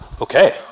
Okay